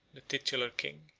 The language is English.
the titular king,